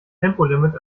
tempolimit